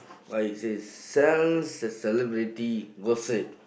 why it says sell ce~ celebrity gossip